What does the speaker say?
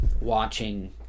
watching